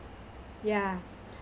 ya